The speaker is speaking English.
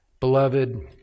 Beloved